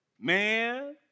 Man